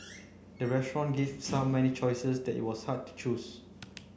the restaurant gave so many choices that it was hard to choose